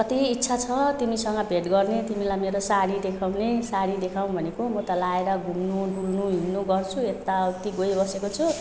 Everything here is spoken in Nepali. कति इच्छा छ तिमीसँग भेट गर्ने तिमीलाई मेरो साडी देखाउने साडी देखाऊँ भनेको म त लाएर हिँडनु डुल्नु हिँड्नु गर्छु यताउति गएबसेकी छु